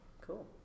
Cool